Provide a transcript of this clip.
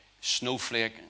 snowflake